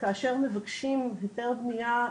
כאשר מבקשים היתר בנייה,